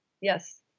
Yes